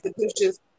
institutions